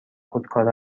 خودکار